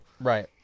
Right